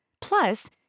Plus